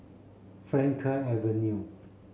Frankel Avenue